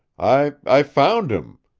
i i found him.